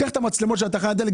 אם תיקח את המצלמות של תחנת הדלק,